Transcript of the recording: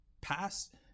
past